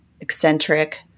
eccentric